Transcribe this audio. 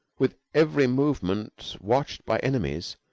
with every movement watched by enemies,